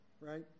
Right